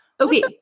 Okay